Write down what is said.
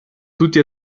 tutti